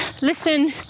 listen